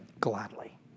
gladly